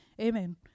Amen